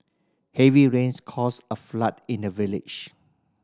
heavy rains caused a flood in the village